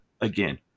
again